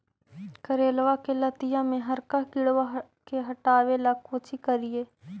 करेलबा के लतिया में हरका किड़बा के हटाबेला कोची करिए?